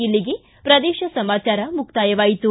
ಇಲ್ಲಿಗೆ ಪ್ರದೇಶ ಸಮಾಚಾರ ಮುಕ್ತಾಯವಾಯಿತು